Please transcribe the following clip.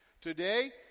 today